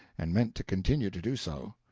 and meant to continue to do so.